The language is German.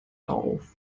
auf